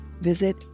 visit